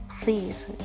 please